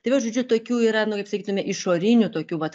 tai vat žodžiu tokių yra nu kaip sakytume išorinių tokių vat